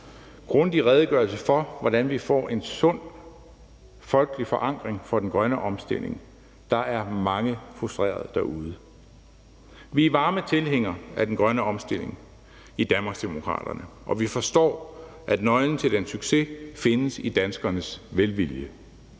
grundig redegørelse for, hvordan vi får en sund folkelig forankring for den grønne omstilling – der er mange frustrerede derude. Vi er varme tilhængere af den grønne omstilling i Danmarksdemokraterne, og vi forstår, at nøglen til dens succes findes i danskernes velvilje.